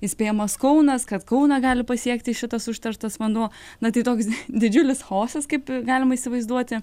įspėjamas kaunas kad kauną gali pasiekti šitas užterštas vanduo na tai toks didžiulis chaosas kaip galima įsivaizduoti